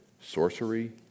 sorcery